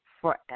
forever